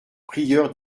prieur